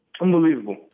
Unbelievable